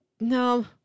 No